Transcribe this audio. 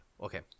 Okay